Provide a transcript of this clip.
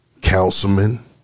Councilman